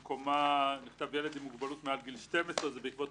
ובמקומה נכתב: "ילד עם מוגבלות מעל גיל 12". זה בעקבות